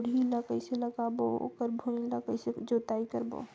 जोणी ला कइसे लगाबो ओकर भुईं ला कइसे जोताई करबो?